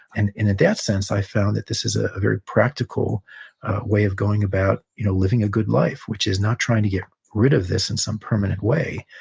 and in that sense, i've found that this is ah a very practical way of going about you know living a good life, which is not trying to get rid of this in some permanent way,